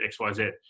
xyz